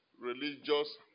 religious